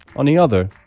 on the other,